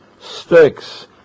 sticks